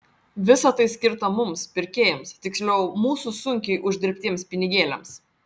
visa tai skirta mums pirkėjams tiksliau mūsų sunkiai uždirbtiems pinigėliams